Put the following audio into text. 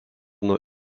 nuo